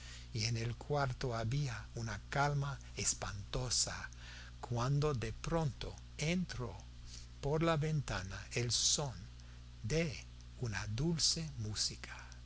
y en el cuarto había una calma espantosa cuando de pronto entró por la ventana el son de una dulce música